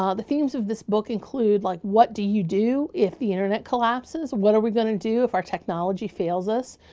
ah the themes of this book include like what do you do if the internet collapses, what are we going to do if our technology fails us,